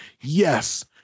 Yes